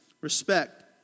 Respect